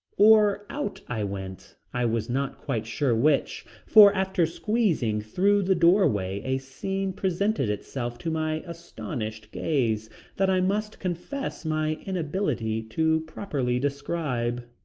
or out i went, i was not quite sure which, for after squeezing through the doorway a scene presented itself to my astonished gaze that i must confess my inability to properly describe.